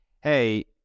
hey